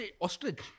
ostrich